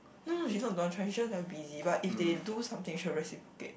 no no she's not don't want to try she's just very busy but if they do something she'll reciprocate